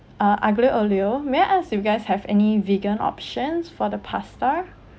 uh aglio olio may I ask you guys have any vegan option for the pasta